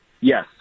Yes